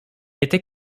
était